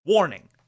Warning